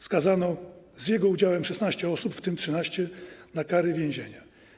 Skazano z jego udziałem 16 osób, w tym 13 - na kary więzienia.